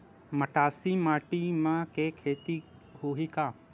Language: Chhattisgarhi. मटासी माटी म के खेती होही का?